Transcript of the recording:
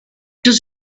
does